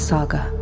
Saga